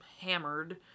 hammered